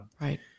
Right